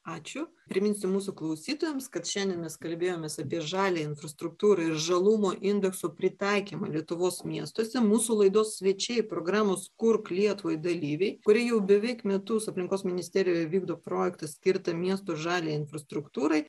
ačiū priminsiu mūsų klausytojams kad šiandien mes kalbėjomės apie žaliąją infrastruktūrą ir žalumo indekso pritaikymą lietuvos miestuose mūsų laidos svečiai programos kurk lietuvai dalyviai kuri jau beveik metus aplinkos ministerijoje vykdo projektą skirtą miestų žaliajai infrastruktūrai